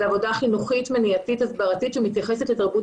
היא עבודה חינוכית-מניעתית והסברתית שמתייחסת לתרבות